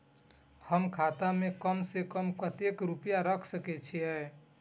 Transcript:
हम खाता में कम से कम कतेक रुपया रख सके छिए?